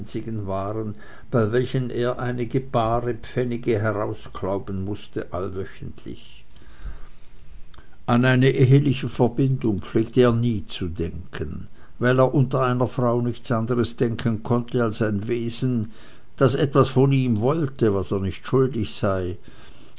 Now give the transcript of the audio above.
waren bei welchen er einige bare pfennige herausklauben mußte allwöchentlich an eine eheliche verbindung pflegte er nie zu denken weil er unter einer frau nichts anderes denken konnte als ein wesen das etwas von ihm wollte was er nicht schuldig sei